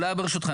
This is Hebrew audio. אולי ברשותכם,